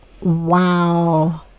wow